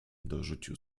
dorzucił